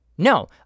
No